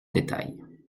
détail